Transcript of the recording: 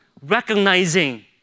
recognizing